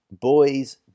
boys